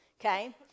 okay